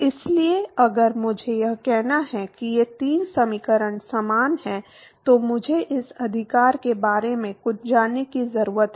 इसलिए अगर मुझे यह कहना है कि ये तीन समीकरण समान हैं तो मुझे इस अधिकार के बारे में कुछ जानने की जरूरत है